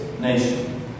nation